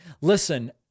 Listen